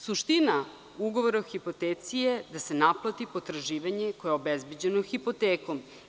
Suština ugovora o hipoteci je da se naplati potraživanje koje je obezbeđeno hipotekom.